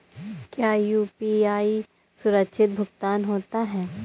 क्या यू.पी.आई सुरक्षित भुगतान होता है?